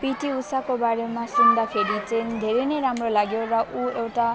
PT उषाको बारेमा सुन्दाखेरि चाहिँ धेरै नै राम्रो लाग्यो र ऊ एउटा